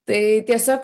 tai tiesiog